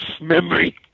memory